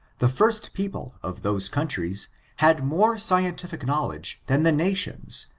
the first people of those countries had more scientific knowledge than the nations,